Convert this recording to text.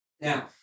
Now